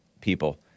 people